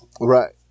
Right